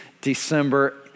December